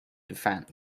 defense